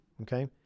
Okay